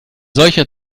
solcher